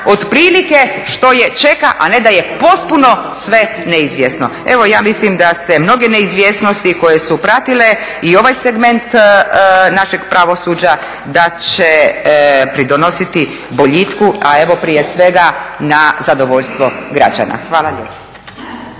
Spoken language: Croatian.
otprilike što je čeka, a ne da je potpuno sve neizvjesno. Evo ja mislim da se mnoge neizvjesnosti koje su pratile i ovaj segment našeg pravosuđa da će pridonositi boljitku, a prije svega na zadovoljstvo građana. Hvala lijepa.